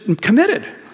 committed